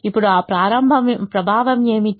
ఇప్పుడు ఆ ప్రభావం ఏమిటి